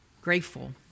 Grateful